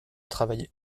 travailler